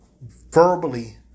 verbally